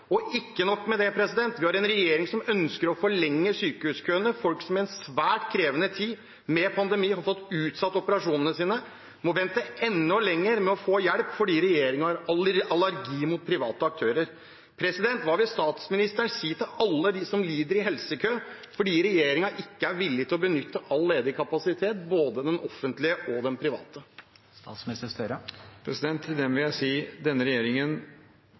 Og ikke nok med det: Vi har en regjering som ønsker å forlenge sykehuskøene. Folk som har fått utsatt operasjonene sine i en svært krevende tid, med pandemi, må vente enda lenger med å få hjelp fordi regjeringen har allergi mot private aktører. Hva vil statsministeren si til alle de som lider i helsekø fordi regjeringen ikke er villig til å benytte all ledig kapasitet, både den offentlige og den private? Til dem vil jeg si: Denne regjeringen